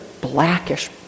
blackish